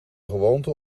gewoonte